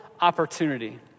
opportunity